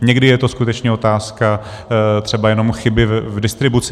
Někdy je to skutečně otázka třeba jenom chyby v distribuci.